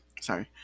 sorry